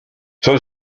son